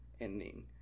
ending